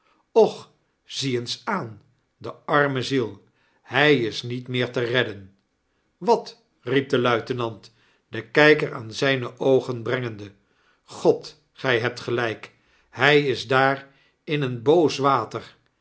och zie eens aan de arme ziel hij is niet meer te redden wat riep de luitenant den kijker aan zyne oogen brengende god gy hebt gelijk hfl is daar in een boos water